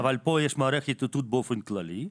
אבל פה יש מערכת איתות באופן כללי.